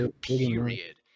period